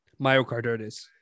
Myocarditis